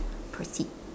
proceed